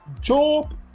Job